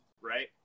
right